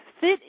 fit